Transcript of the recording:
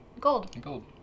gold